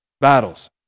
battles